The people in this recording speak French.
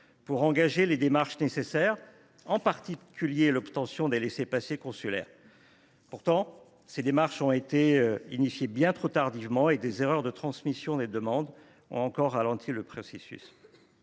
pour faire les démarches nécessaires, en particulier l’obtention des laissez passer consulaires. Pourtant, la procédure a été engagée bien trop tardivement et des erreurs de transmission des demandes ont encore ralenti le processus.